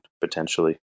potentially